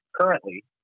Currently